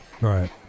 Right